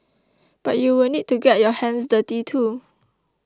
but you will need to get your hands dirty too